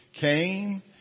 Came